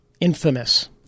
infamous